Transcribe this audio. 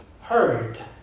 heard